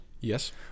Yes